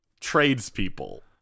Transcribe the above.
tradespeople